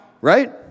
Right